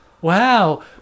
wow